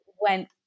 went